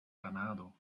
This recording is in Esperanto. kanado